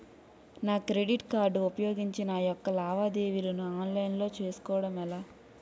నా credit card ఉపయోగించి నా యెక్క లావాదేవీలను ఆన్లైన్ లో చేసుకోవడం ఎలా?